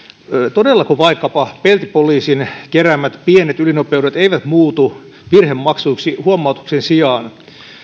todellako vaikkapa peltipoliisin keräämät pienet ylinopeudet eivät muutu virhemaksuiksi huomautuksen sijaan